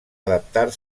adaptar